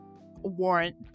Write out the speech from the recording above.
warrant